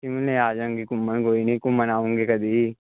ਸ਼ਿਮਲੇ ਆ ਜਾਂਗੇ ਘੁੰਮਣ ਕੋਈ ਨਹੀਂ ਘੁੰਮਣਾ ਆਉਂਗੇ ਕਦੀ